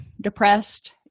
depressed